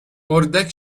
اردک